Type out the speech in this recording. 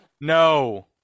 No